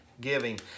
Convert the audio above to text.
giving